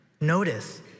notice